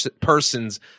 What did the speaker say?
person's